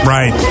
Right